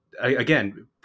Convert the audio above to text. again